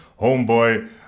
homeboy